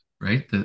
right